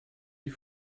die